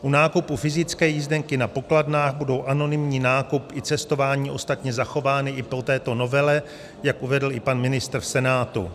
U nákupu fyzické jízdenky na pokladnách budou anonymní nákup i cestování ostatně zachovány i po této novele, jak uvedl i pan ministr v Senátu.